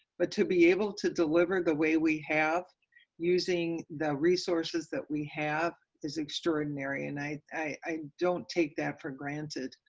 but to be able to deliver the way we have using the resources that we have is extraordinary and i i don't take that for granted.